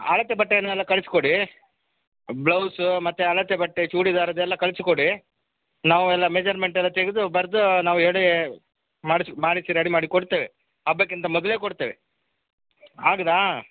ಅಳತೆ ಬಟ್ಟೆಯನೆಲ್ಲ ಕಳ್ಸಿ ಕೊಡಿ ಬ್ಲೌಸು ಮತ್ತು ಅಳತೆ ಬಟ್ಟೆ ಚೂಡಿದಾರದೆಲ್ಲ ಕಳಿಸಿ ಕೊಡಿ ನಾವು ಎಲ್ಲ ಮೆಷರ್ಮೆಂಟ್ ಎಲ್ಲ ತೆಗೆದು ಬರೆದು ನಾವು ಹೇಳಿಯೇ ಮಾಡ್ಸಿ ಮಾಡಿಸಿ ರೆಡಿ ಮಾಡಿ ಕೊಡ್ತೇವೆ ಹಬ್ಬಕ್ಕಿಂತ ಮೊದಲೇ ಕೊಡ್ತೇವೆ ಆಗದಾ